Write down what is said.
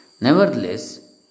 Nevertheless